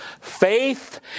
faith